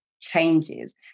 changes